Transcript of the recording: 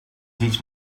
teach